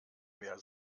mehr